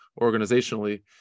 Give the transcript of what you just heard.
organizationally